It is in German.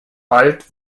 bald